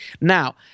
Now